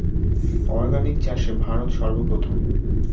organic চাষে ভারত সর্বপ্রথম